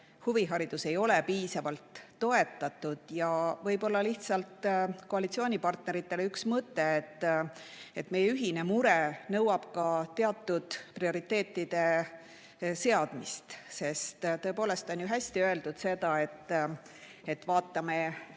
huviharidus ei ole piisavalt toetatud. Ja võib-olla lihtsalt koalitsioonipartneritele üks mõte. Meie ühine mure nõuab ka teatud prioriteetide seadmist. Tõepoolest on ju hästi öeldud, kui